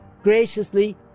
graciously